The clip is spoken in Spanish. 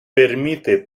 permite